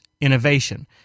innovation